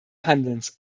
handelns